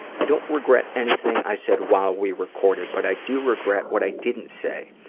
i don't regret anything i said while we recorded, but i do regret what i didn't say.